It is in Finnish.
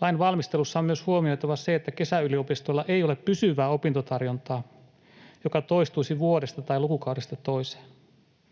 Lain valmistelussa on myös huomioitava se, että kesäyliopistoilla ei ole pysyvää opintotarjontaa, joka toistuisi vuodesta tai lukukaudesta toiseen.